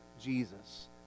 Jesus